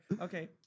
Okay